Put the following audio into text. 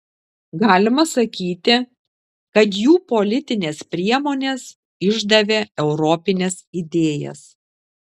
galima sakyti kad jų politinės priemonės išdavė europines idėjas